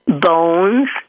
bones